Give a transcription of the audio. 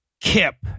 Kip